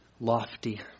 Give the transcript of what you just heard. lofty